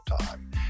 time